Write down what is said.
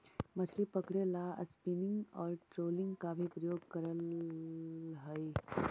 मछली पकड़े ला स्पिनिंग और ट्रोलिंग का भी प्रयोग करल हई